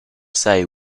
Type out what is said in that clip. say